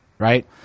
right